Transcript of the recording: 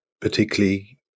particularly